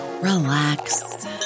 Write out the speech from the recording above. relax